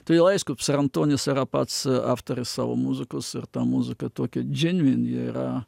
todėl aišku psarantonis yra pats avtorius savo muzikos ir ta muzika tokia genuin ji yra